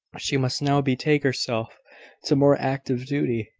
she must now betake herself to more active duty.